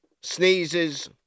Sneezes